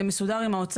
באותה דירה.